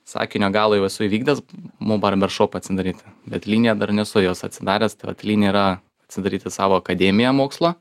sakinio galą jau esu įvykdęs mo barber shop atsidaryti bet liniją dar nesu jos atsidaręs tai vat linija yra atsidaryti savo akademiją mokslo